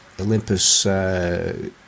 Olympus